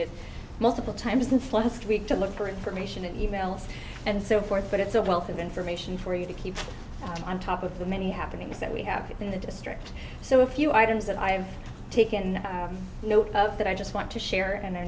it multiple times since last week to look for information and emails and so forth but it's a wealth of information for you to keep on top of the many happenings that we have in the district so a few items that i have taken note of that i just want to share and i